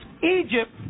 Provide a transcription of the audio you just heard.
Egypt